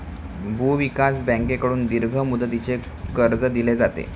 भूविकास बँकेकडून दीर्घ मुदतीचे कर्ज दिले जाते